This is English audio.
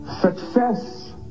Success